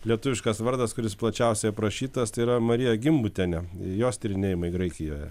lietuviškas vardas kuris plačiausiai aprašytas tai yra marija gimbutienė jos tyrinėjimai graikijoje